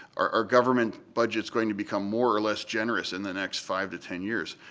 are government budgets going to become more or less generous in the next five to ten years,